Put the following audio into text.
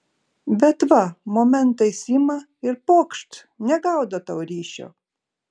bet va momentais ima ir pokšt negaudo tau ryšio